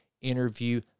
interview